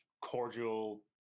cordial